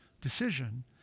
decision